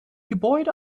gebäude